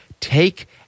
take